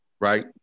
right